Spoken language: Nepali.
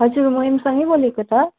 हजुर म इमसङै बोलेको त